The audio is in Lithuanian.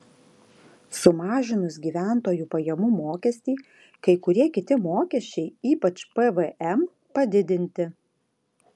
sumažinus gyventojų pajamų mokestį kai kurie kiti mokesčiai ypač pvm padidinti